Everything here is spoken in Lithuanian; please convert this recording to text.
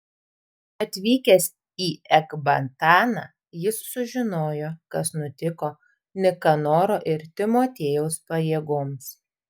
atvykęs į ekbataną jis sužinojo kas nutiko nikanoro ir timotiejaus pajėgoms